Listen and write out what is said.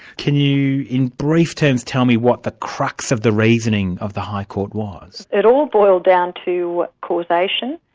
can you, in brief, tell tell me what the crux of the reasoning of the high court was? it all boiled down to causation.